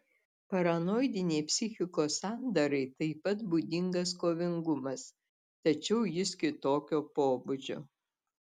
paranoidinei psichikos sandarai taip pat būdingas kovingumas tačiau jis kitokio pobūdžio